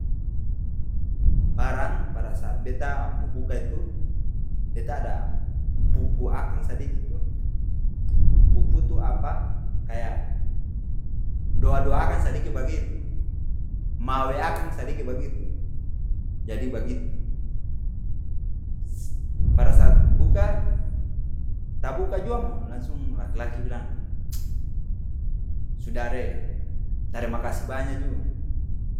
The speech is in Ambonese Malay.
Baraang pada saat beta mo buka itu, beta ada pu-pu akang sadiki tu, pu-pu tu apa? Kaya doa-doa akang sadiki bagitu, mauwe akang sadiki bagitu, jadi bagitu pada saat buka, tabuka jua mo langsung laki-laki bilang ck sudara e, tarima kasi banya ju.